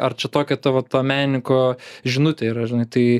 ar čia tokia tavo ta menininko žinutė yra žinai tai